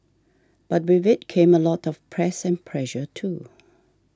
but with it came a lot of press and pressure too